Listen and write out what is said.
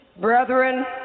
Brethren